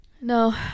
no